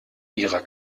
ihrer